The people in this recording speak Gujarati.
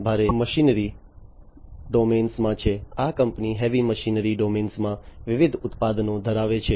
આ ભારે મશીનરી ડોમેનમાં છે આ કંપની હેવી મશીનરી ડોમેનમાં વિવિધ ઉત્પાદનો ધરાવે છે